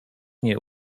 nie